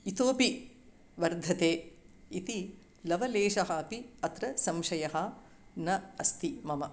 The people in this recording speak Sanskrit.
इतोऽपि वर्धते इति लवलेशः अपि अत्र संशयः न अस्ति मम